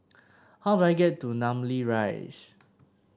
how do I get to Namly Rise